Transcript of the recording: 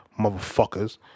Motherfuckers